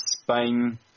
Spain